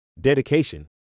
dedication